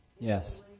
Yes